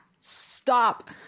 stop